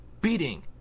beating